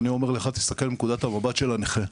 אני אומר לך תסתכל מנקודת המבט של הנכה.